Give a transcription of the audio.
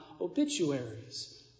obituaries